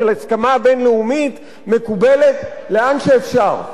של הסכמה בין-לאומית מקובלת לאן שאפשר.